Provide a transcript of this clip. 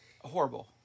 Horrible